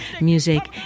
music